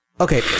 okay